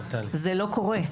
זה לא קורה,